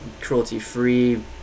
cruelty-free